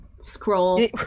scroll